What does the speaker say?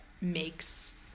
makes